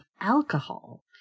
alcohol